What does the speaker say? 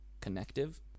connective